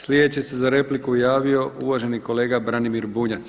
Sljedeći se za repliku javio uvaženi kolega Branimir Bunjac.